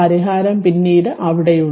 പരിഹാരം പിന്നീട് അവിടെയുണ്ട്